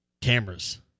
Cameras